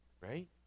Right